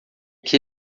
que